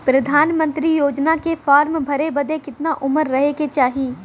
प्रधानमंत्री योजना के फॉर्म भरे बदे कितना उमर रहे के चाही?